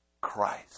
christ